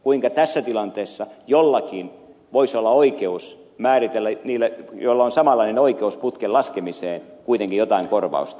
kuinka tässä tilanteessa jollakin voisi olla oikeus määritellä niille joilla on samanlainen oikeus putken laskemiseen kuitenkin jotain korvausta